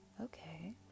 Okay